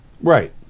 Right